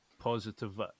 positive